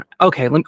okay